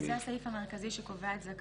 אז זה הסעיף המרכזי שקובע את הזכאות,